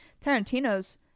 Tarantino's